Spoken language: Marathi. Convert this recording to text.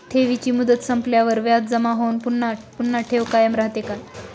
ठेवीची मुदत संपल्यावर व्याज जमा होऊन पुन्हा पुढे ठेव कायम राहते का?